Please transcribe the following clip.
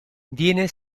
viene